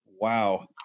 Wow